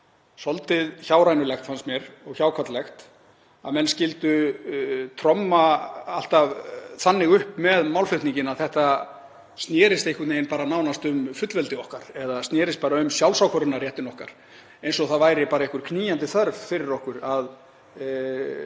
svolítið hjárennilegt í sumar, fannst mér, og hjákátlegt að menn skyldu tromma alltaf þannig upp með málflutninginn að þetta snerist einhvern veginn bara nánast um fullveldi okkar eða snerist bara um sjálfsákvörðunarréttinn okkar, eins og það væri einhver knýjandi þörf fyrir okkur að